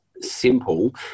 simple